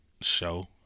show